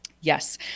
Yes